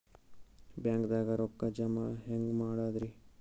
ಬ್ಯಾಂಕ್ದಾಗ ರೊಕ್ಕ ಜಮ ಹೆಂಗ್ ಮಾಡದ್ರಿ?